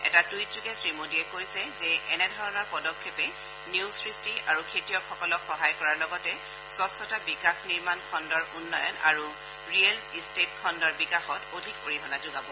এটা টুইটযোগে শ্ৰীমোডীয়ে কৈছে যে এনেধৰণৰ পদক্ষেপে নিয়োগ সৃষ্টি আৰু খেতিয়কসকলক সহায় কৰাৰ লগতে স্বছ্তা বিকাশ নিৰ্মাণ খণ্ডৰ উন্নয়ন আৰু ৰিয়েল ষ্টেট খণ্ডৰ বিকাশত অধিক অৰিহণা যোগাব